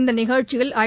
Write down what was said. இந்த நிகழ்ச்சியில் ஐ